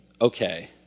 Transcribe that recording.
okay